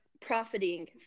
profiting